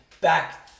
back